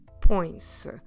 Points